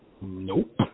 Nope